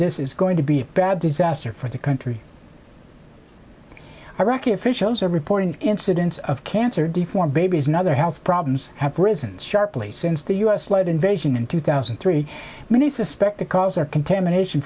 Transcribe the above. this is going to be bad disaster for the country iraqi officials are reporting incidence of cancer deformed babies and other health problems have risen sharply since the us led invasion in two thousand and three many suspect the cause or contamination